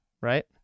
right